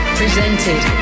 presented